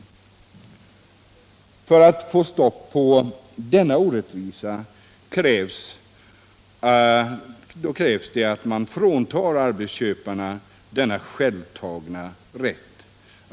För att få stopp på denna orättvisa krävs det att man fråntar arbetsköparna denna självtagna rätt.